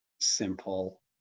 simple